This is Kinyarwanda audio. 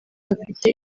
bafite